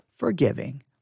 forgiving